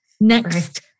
next